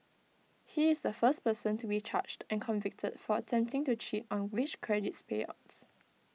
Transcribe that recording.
he is the first person to be charged and convicted for attempting to cheat on wage credits payouts